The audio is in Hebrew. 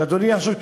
שאדוני יחשוב,